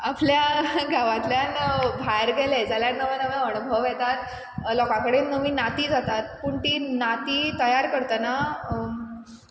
आपल्या गांवांतल्यान भायर गेले जाल्यार नवे नवे अणभव येतात लोकां कडेन नवीं नातीं जातात पूण टीं नातीं तयार करतना